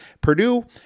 Purdue